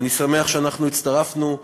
ואני שמח שאנחנו הצטרפנו,